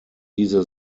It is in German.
diese